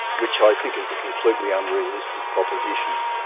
which i think is a completely unrealistic proposition.